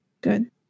Good